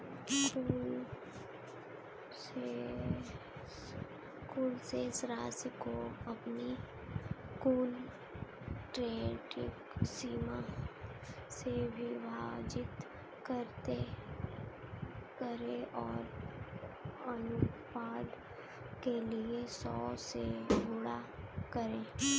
कुल शेष राशि को अपनी कुल क्रेडिट सीमा से विभाजित करें और अनुपात के लिए सौ से गुणा करें